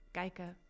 kijken